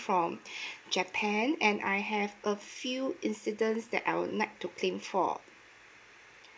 from japan and I have a few incidents that I would like to claim for